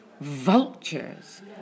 vultures